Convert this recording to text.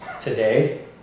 today